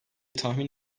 tahmin